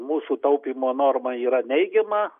mūsų taupymo norma yra neigiama